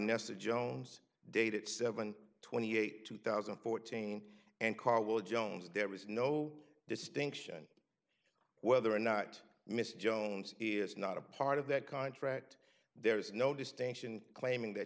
vanessa jones dated seven twenty eight two thousand and fourteen and karr will jones there is no distinction whether or not mr jones is not a part of that contract there is no distinction claiming that